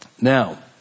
Now